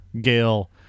Gail